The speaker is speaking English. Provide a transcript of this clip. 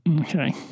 Okay